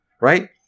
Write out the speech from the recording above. right